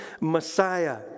Messiah